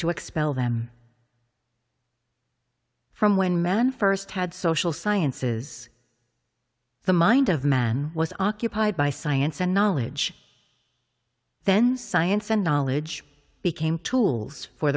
to expel them from when man first had social sciences the mind of man was occupied by science and knowledge then science and knowledge became tools for